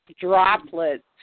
droplets